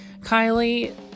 Kylie